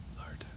Lord